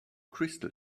crystal